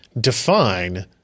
define